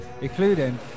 including